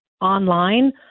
online